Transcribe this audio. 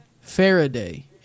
Faraday